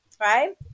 right